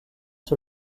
sur